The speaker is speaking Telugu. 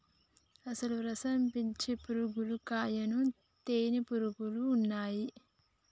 అసలు రసం పీల్చే పురుగులు కాయను తినే పురుగులు ఉన్నయ్యి